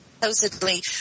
supposedly